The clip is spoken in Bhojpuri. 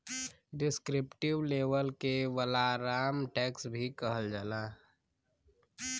डिस्क्रिप्टिव लेबल के वालाराम टैक्स भी कहल जाला